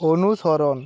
অনুসরণ